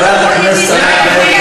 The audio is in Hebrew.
הוא לא נורה בדם קר.